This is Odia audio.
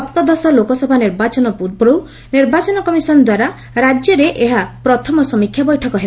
ସପ୍ତଦଶ ଲୋକସଭା ନିର୍ବାଚନ ପୂର୍ବରୁ ନିର୍ବାଚନ କମିଶନ୍ଦ୍ୱାରା ରାଜ୍ୟରେ ଏହା ପ୍ରଥମ ସମୀକ୍ଷା ବୈଠକ ହେବ